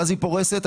והיא פורסת,